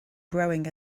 growing